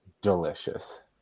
delicious